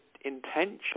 intention